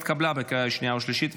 התקבלה בקריאה שנייה ושלישית,